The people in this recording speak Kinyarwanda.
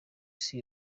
isi